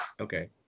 okay